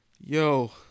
Yo